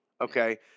okay